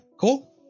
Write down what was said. Cool